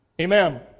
Amen